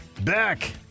Back